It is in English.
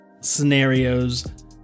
scenarios